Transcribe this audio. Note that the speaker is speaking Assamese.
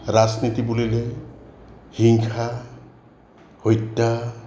ৰাজনীতি বুলিলে হিংসা হত্যা